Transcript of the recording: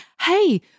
hey